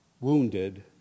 wounded